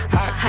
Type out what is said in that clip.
Hot